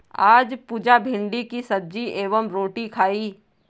आज पुजा भिंडी की सब्जी एवं रोटी खाई